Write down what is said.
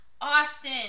Austin